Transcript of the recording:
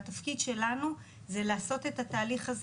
והתפקיד שלנו זה לעשות את התהליך הזה